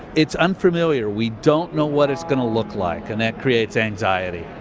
it's unfamiliar, we don't know what it's going to look like, and that creates anxiety.